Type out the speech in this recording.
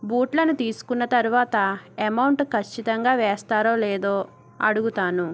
బూట్లను తీసుకున్న తరువాత ఎమౌంట్ ఖచ్చితంగా వేస్తారో లేదో అడుగుతాను